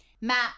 Matt